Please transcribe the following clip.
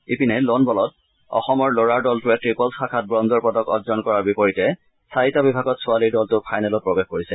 ইপিনে ল'ন বলত অসমৰ ল'ৰাৰ দলটোৱে ত্ৰিপ'লছ শাখাত ব্ৰঞ্জৰ পদক অৰ্জন কৰাৰ বিপৰীতে চাৰিটা বিভাগত ছোৱালীৰ দলটো ফাইনেলত প্ৰৱেশ কৰিছে